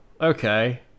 Okay